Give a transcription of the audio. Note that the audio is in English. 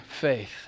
faith